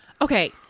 Okay